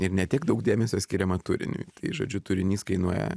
ir ne tiek daug dėmesio skiriama turiniui žodžiu turinys kainuoja